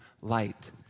light